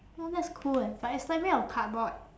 oh that's cool eh but it's like made of cardboard